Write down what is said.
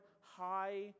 high